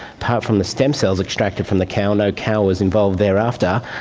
apart from the stem cells extracted from the cow, no cow was involved thereafter,